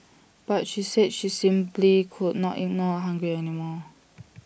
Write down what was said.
but she said she simply could not ignore A hungry animal